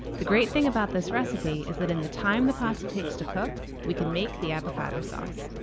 the great thing about this recipe is that in the time the pasta takes to cook, we can make the avocado sauce.